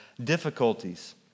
Difficulties